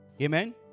amen